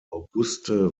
auguste